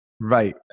Right